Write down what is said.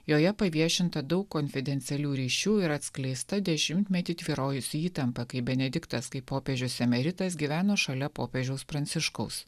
joje paviešinta daug konfidencialių ryšių ir atskleista dešimtmetį tvyrojusi įtampa kai benediktas kai popiežius emeritas gyveno šalia popiežiaus pranciškaus